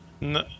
No